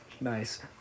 Nice